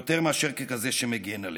יותר מאשר ככזה שמגן עליהם.